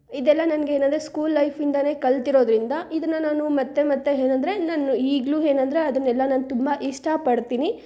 ಇದೆಲ್ಲ ನನ್ಗೆ ಏನಂದರೆ ಸ್ಕೂಲ್ ಲೈಫಿಂದನೇ ಕಲ್ತಿರೋದರಿಂದ ಇದನ್ನು ನಾನು ಮತ್ತೆ ಮತ್ತೆ ಏನಂದ್ರೆ ನಾನು ಈಗಲೂ ಏನಂದ್ರೆ ಅದನ್ನೆಲ್ಲ ನಾನು ತುಂಬ ಇಷ್ಟಪಡ್ತಿನಿ